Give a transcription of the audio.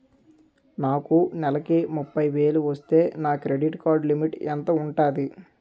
నాకు నెలకు ముప్పై వేలు వస్తే నా క్రెడిట్ కార్డ్ లిమిట్ ఎంత ఉంటాది?